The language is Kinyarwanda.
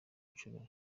nshuro